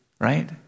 right